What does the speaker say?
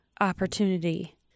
opportunity